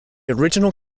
original